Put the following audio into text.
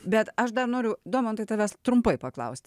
bet aš dar noriu domantai tavęs trumpai paklausti